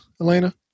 elena